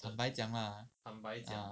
坦白讲 lah ah